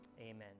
amen